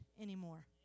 anymore